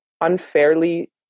unfairly